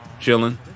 Chilling